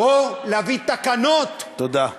או להביא תקנות, תודה.